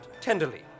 tenderly